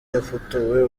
yafotowe